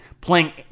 playing